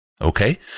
Okay